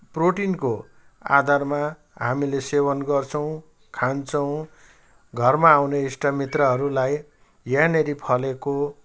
प्रोटिनको आधारमा हामीले सेवन गर्छौँ खान्छौँ घरमा आउने इष्टमित्रहरूलाई यहाँनिर फलेको